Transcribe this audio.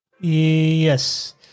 Yes